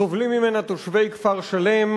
סובלים ממנה תושבי כפר-שלם,